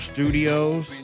Studios